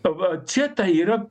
va čia tai yra